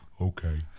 Okay